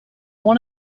want